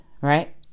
right